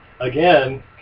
again